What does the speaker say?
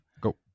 Go